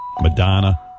Madonna